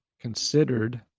considered